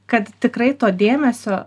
kad tikrai to dėmesio